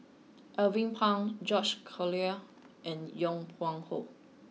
Alvin Pang George Collyer and Yong Pung How